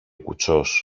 κουτσός